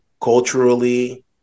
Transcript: culturally